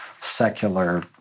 secular